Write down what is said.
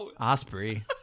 Osprey